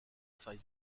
zwei